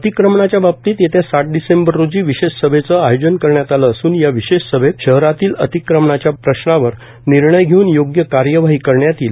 अतिक्रमणाच्या बाबतीत येत्या सात डिसेंबर येजी विशेष सभेचं आयोजन करण्यात आलं असून या विशेष सभेत शहरातील अतिक्रमणास्या प्रश्नावर विर्णय घेऊन योग्य कार्यवाठी करण्यात येईल